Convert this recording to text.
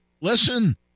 listen